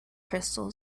crystal